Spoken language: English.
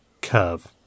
curve